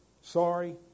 sorry